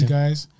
guys